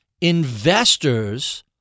Investors